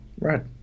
Right